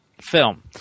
film